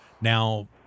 Now